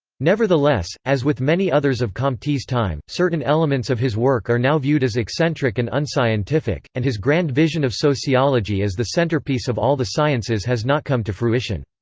nevertheless, as with many others of comte's time, certain elements of his work are now viewed as eccentric and unscientific, and his grand vision of sociology as the centerpiece of all the sciences has not come to fruition.